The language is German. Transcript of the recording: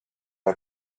der